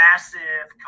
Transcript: Massive